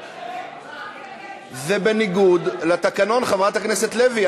זה בניגוד לתקנון, חברת הכנסת לוי.